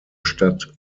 stadt